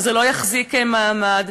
וזה לא יחזיק מעמד,